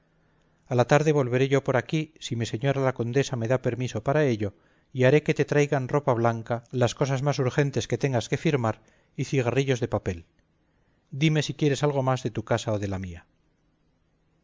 a la tarde volveré yo por aquí si mi señora la condesa me da permiso para ello y haré que te traigan ropa blanca las cosas más urgentes que tengas que firmar y cigarillos de papel dime si quieres algo más de tu casa o de la mía